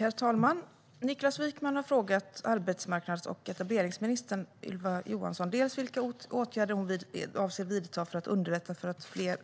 Herr talman! Niklas Wykman har frågat arbetsmarknads och etableringsminister Ylva Johansson dels vilka åtgärder hon avser att vidta för att underlätta